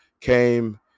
came